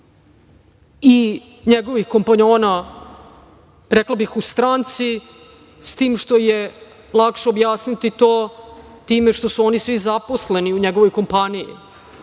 i njegovih kompanjona, rekla bih u stranci s tim što je lakše objasniti to time što su oni svih zaposleni u njegovoj kompaniji.